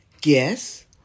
guess